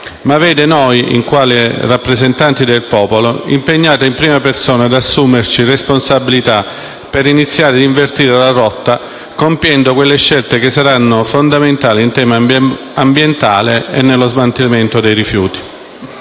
ma vede noi, in quanto rappresentati del popolo, impegnati in prima persona ad assumerci responsabilità per iniziare ad invertire la rotta, compiendo scelte che saranno fondamentali in tema ambientale e nello smaltimento dei rifiuti.